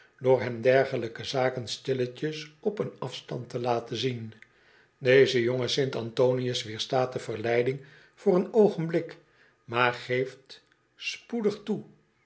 halen doorhem dergelijke zaken stilletjes op een afstand te laten zien deze jonge sint antonius weerstaat de verleiding voor een oogen blik maar geeft spoedig toe